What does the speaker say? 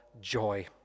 joy